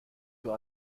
für